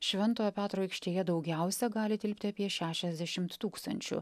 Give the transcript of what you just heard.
šventojo petro aikštėje daugiausia gali tilpti apie šešiasdešimt tūkstančių